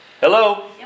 Hello